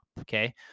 okay